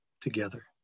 together